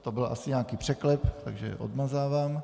To byl asi nějaký překlep, takže odmazávám.